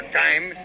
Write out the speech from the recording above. time